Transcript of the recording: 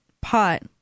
pot